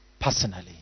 personally